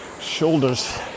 shoulders